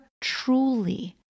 truly